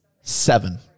seven